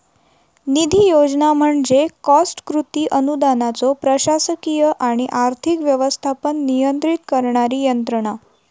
निधी योजना म्हणजे कॉस्ट कृती अनुदानाचो प्रशासकीय आणि आर्थिक व्यवस्थापन नियंत्रित करणारी यंत्रणा